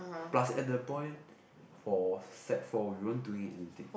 plus at the point for sec-four we weren't even doing anything